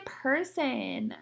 person